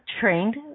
trained